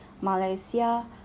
Malaysia